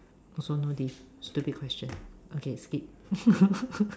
also no diff stupid question okay skip